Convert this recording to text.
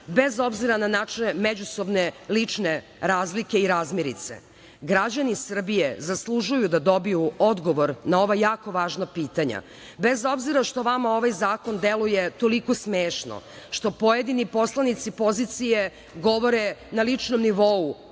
bez obzira na naše međusobne lične razlike i razmirice, građani Srbije zaslužuju da dobiju odgovor na ova jako važna pitanja. Bez obzira što vama ovaj zakon deluje toliko smešno, što pojedini poslanici pozicije govore na ličnom nivou